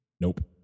Nope